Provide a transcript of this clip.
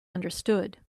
understood